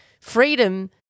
Freedom